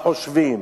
מה חושבים,